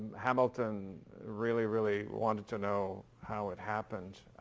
hamilton really, really wanted to know how it happened.